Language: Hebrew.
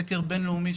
סקר בינלאומי,